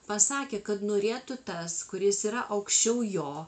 pasakė kad norėtų tas kuris yra aukščiau jo